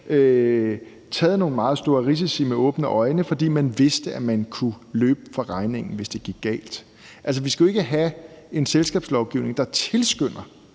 taget nogle meget store risici med åbne øjne, fordi man vidste, at man kunne løbe fra regningen, hvis det gik galt. Vi skal jo ikke have en selskabslovgivning, der tilskynder